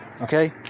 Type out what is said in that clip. okay